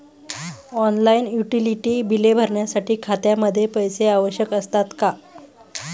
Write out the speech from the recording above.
Online utility बिले भरण्यासाठी खात्यामध्ये पैसे आवश्यक असतात का?